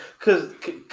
cause